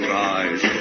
rise